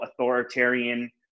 authoritarian